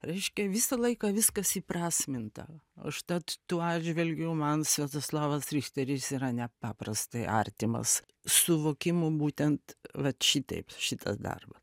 reiškia visą laiką viskas įprasminta užtat tuo atžvilgiu man sviatoslavas richteris yra nepaprastai artimas suvokimu būtent vat šitaip šitas darbas